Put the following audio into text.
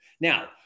Now